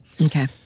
Okay